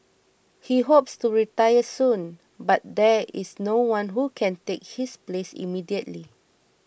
he hopes to retire soon but there is no one who can take his place immediately